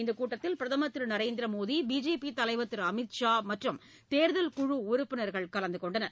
இந்தக் கூட்டத்தில் பிரதமர் திரு நரேந்திர மோடி பிஜேபி தலைவர் திரு அமித் ஷா மற்றும் தேர்தல் குழு உறுப்பினர்கள் கலந்துகொண்டனர்